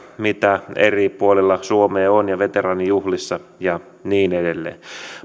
mitä eri puolilla suomea on ja veteraanijuhlissa ja niin edelleen